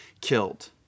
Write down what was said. killed